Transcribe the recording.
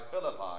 Philippi